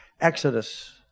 Exodus